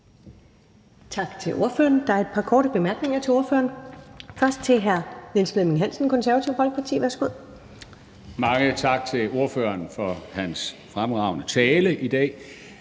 Tak til ordføreren. Der er et par korte bemærkninger til ordføreren, først fra hr. Niels Flemming Hansen, Det Konservative Folkeparti. Værsgo. Kl. 21:25 Niels Flemming Hansen (KF): Mange tak til ordføreren for hans fremragende tale i dag.